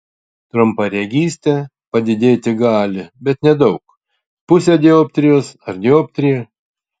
trumparegystė padidėti gali bet nedaug pusę dioptrijos ar dioptriją